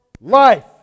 life